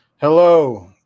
Hello